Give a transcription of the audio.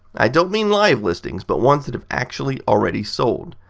i don't mean live listings, but ones that have actually already sold.